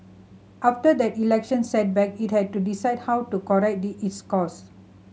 after that election setback it had to decide how to correct its course